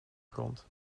grond